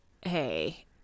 hey